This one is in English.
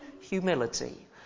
humility